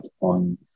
on